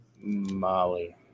molly